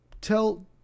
tell